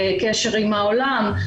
קשר עם העולם,